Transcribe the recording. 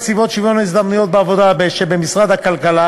נציבות שוויון הזדמנויות בעבודה שבמשרד הכלכלה